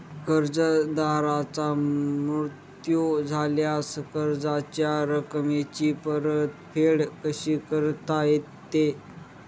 कर्जदाराचा मृत्यू झाल्यास कर्जाच्या रकमेची परतफेड कशी करता येते?